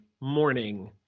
morning